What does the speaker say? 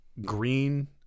green